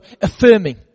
affirming